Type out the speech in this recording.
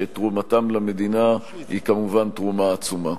שתרומתם למדינה היא כמובן תרומה עצומה.